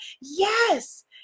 Yes